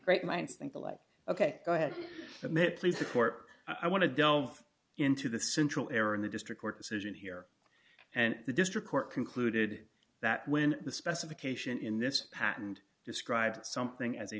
great minds think alike ok go ahead i'm it please the court i want to delve into the central air in the district court decision here and the district court concluded that when the specification in this patent describes something as a